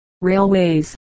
railways